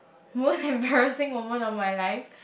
most embarrassing moment of my life